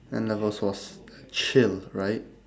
N levels was chill right